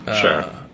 Sure